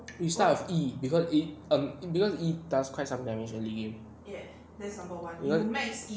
you start with E because um because E does quite some damage at the beginning